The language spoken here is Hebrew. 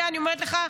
את זה אני אומרת לך,